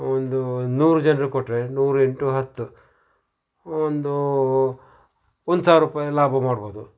ಒಂದು ನೂರು ಜನ್ರಿಗೆ ಕೊಟ್ಟರೆ ನೂರು ಇಂಟು ಹತ್ತು ಒಂದು ಒಂದು ಸಾವಿರ ರೂಪಾಯಿ ಲಾಭ ಮಾಡ್ಬೋದು